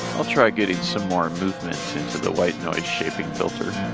i'll try getting some more movement into the white noise shaping filter.